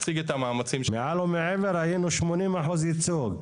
מעל ומעבר היינו 80% ייצוג.